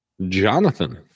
Jonathan